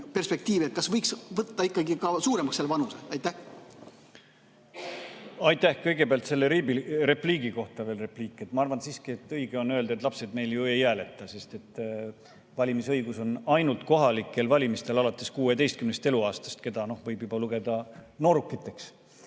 ette, kas võiks võtta ikkagi suuremaks selle vanuse? Aitäh! Kõigepealt selle repliigi kohta repliik. Ma arvan siiski, et õige on öelda, et lapsed meil ei hääleta, sest valimisõigus on neil ainult kohalikel valimistel alates 16. eluaastast, neid võib lugeda juba noorukiteks.